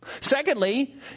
Secondly